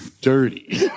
dirty